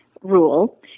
rule